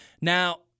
Now